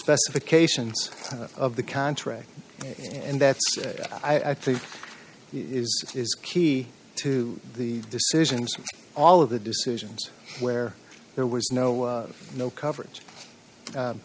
specifications of the contract and that i think is key to the decisions all of the decisions where there was no no coverage